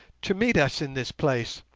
to meet us in this place.